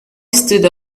stood